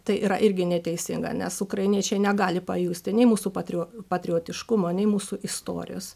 tai yra irgi neteisinga nes ukrainiečiai negali pajusti nei mūsų patrio patriotiškumo nei mūsų istorijos